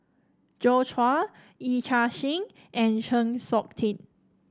Joi Chua Yee Chia Hsing and Chng Seok Tin